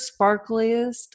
sparkliest